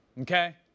okay